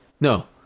No